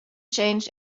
change